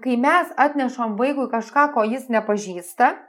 kai mes atnešam vaikui kažką ko jis nepažįsta